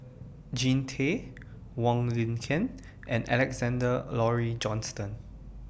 Jean Tay Wong Lin Ken and Alexander Laurie Johnston